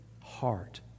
heart